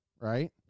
right